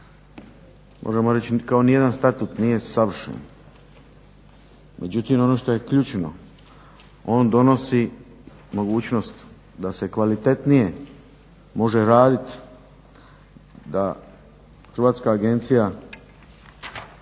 možemo reći kao nijedan statutu nije savršen, međutim ono što je ključno on donosi mogućnost da se kvalitetnije može raditi, da Hrvatska agencija